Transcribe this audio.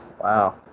wow